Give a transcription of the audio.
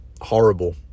horrible